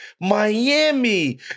Miami